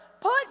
Put